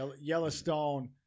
Yellowstone